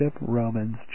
Romans